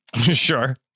sure